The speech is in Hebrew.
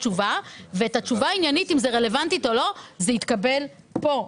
התשובה העניינית האם זה רלוונטי או לא תתקבל פה,